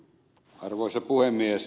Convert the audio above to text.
arvoisa puhemies